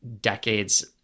decades